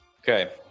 Okay